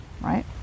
right